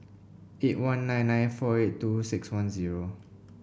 eight one nine nine four eight two six one zero